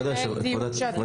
כבוד יושבת הראש,